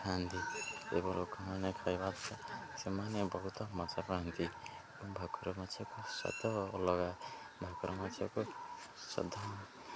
ଖାଆନ୍ତି ଏବଂ ଲୋକମାନେ ଖାଇବା ସେମାନେ ବହୁତ ମଜା ପାଆନ୍ତି ଏବଂ ଭାକୁର ମାଛକୁ ସ୍ଵାଦ ଅଲଗା ଭାକୁର ମାଛକୁ ସ୍ଵାଦ